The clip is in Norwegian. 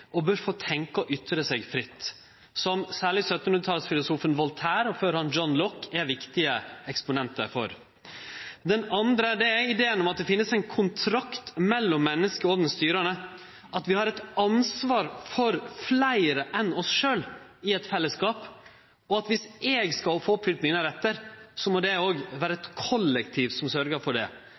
og bør få tenkje og ytre seg fritt. Særleg 1700-talsfilosofen Voltaire og før han John Locke er viktige eksponentar for dette synet. Den andre er ideen om at det finst ein kontrakt mellom mennesket og den styrande – at vi har eit ansvar for fleire enn oss sjølve i eit fellesskap. Viss eg skal få oppfylt mine rettar, må det vere eit kollektiv som sørgjer for det.